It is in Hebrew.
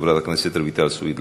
חברת הכנסת רויטל סויד,